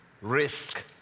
risk